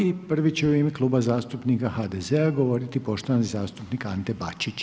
I prvi će u ime Kluba zastupnika HDZ-a govoriti poštovani zastupnik Ante Bačić.